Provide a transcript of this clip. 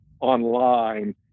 online